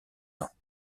ans